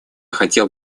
хотел